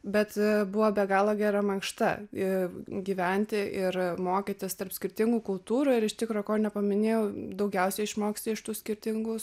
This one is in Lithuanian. bet buvo be galo gera mankšta ir gyventi ir mokytis tarp skirtingų kultūrų ir iš tikro kol nepaminėjau daugiausiai išmoksti iš tų skirtingų